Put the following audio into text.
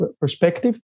perspective